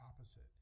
opposite